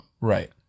Right